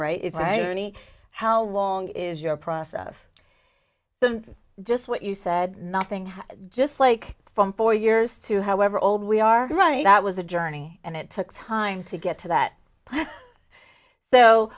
right is right any how long is your process just what you said nothing just like from four years to however old we are right that was a journey and it took time to get to that